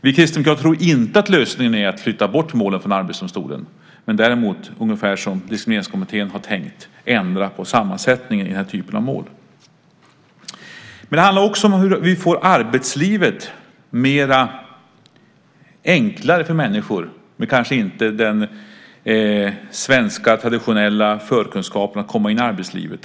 Vi kristdemokrater tror inte att lösningen är att flytta bort målen från Arbetsdomstolen, däremot, ungefär som Diskrimineringskommittén har tänkt, att ändra på sammansättningen i den här typen av mål. Men det handlar också om hur vi får arbetslivet enklare för människor som kanske inte har de svenska traditionella förkunskaperna att komma in i arbetslivet.